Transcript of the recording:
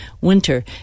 Winter